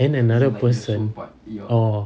and another person orh